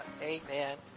Amen